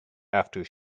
after